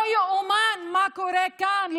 לא ייאמן מה קורה כאן.